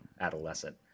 adolescent